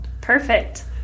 Perfect